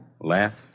Laughs